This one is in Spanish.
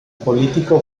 político